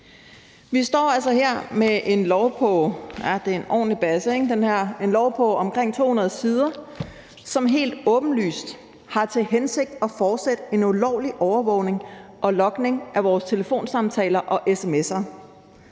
en ordentlig basse – på omkring 200 sider, som helt åbenlyst har til hensigt at fortsætte en ulovlig overvågning og logning af vores telefonsamtaler og sms'er,